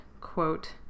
quote